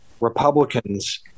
Republicans